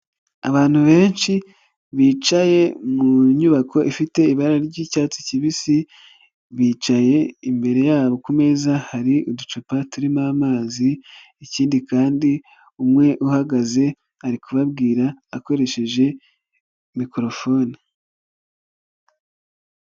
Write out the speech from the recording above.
Abantu benshi bicaye mu nyubako ifite ibara ry'icyatsi kibisi bicaye, imbere yabo ku meza hari uducupa turimo amazi ikindi kandi umwe uhagaze ari kubabwira akoresheje mikorofone.